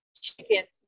chickens